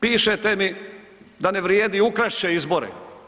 Pišete mi da ne vrijedi, ukrast će izbore.